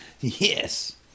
Yes